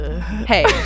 Hey